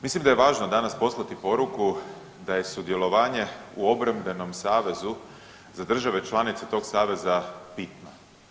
Mislim da je važno danas poslati poruku da je sudjelovanje u obrambenom savezu za države članice tog saveza bitno.